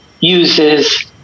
uses